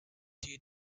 due